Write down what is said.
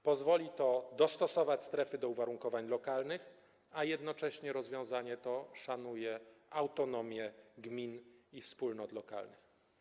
Pozwoli to dostosować strefy do uwarunkowań lokalnych, a jednocześnie rozwiązanie to szanuje autonomię gmin i wspólnot lokalnych.